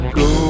go